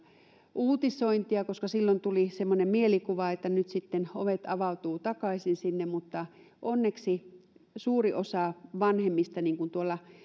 uutisointia koska silloin tuli semmoinen mielikuva että nyt sitten ovet avautuvat takaisin sinne mutta onneksi suuri osa vanhemmista niin kuin tuolla